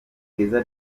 keza